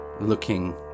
Looking